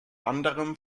anderem